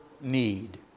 need